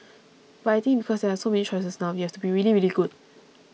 but I think because there are so many choices now you have to be really really good